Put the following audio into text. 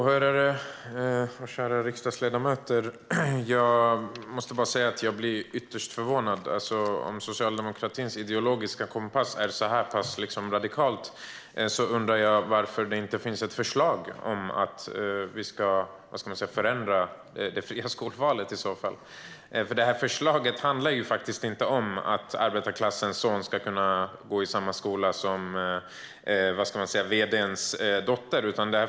Herr talman, åhörare, kära riksdagsledamöter! Jag blir ytterst förvånad om socialdemokratins ideologiska kompass är så radikal. Då undrar jag varför det inte finns något förslag om att man ska förändra det fria skolvalet. Det här förslaget handlar faktiskt inte om att arbetarklassens söner ska kunna gå i samma skola som vd:ns dotter.